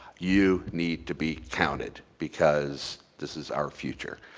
you need to be counted because this is our future.